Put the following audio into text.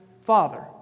Father